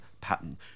pattern